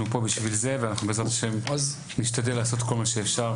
אנחנו פה בשביל זה ואנחנו בעזרת ה' נשתדל לעשות כל מה שאפשר,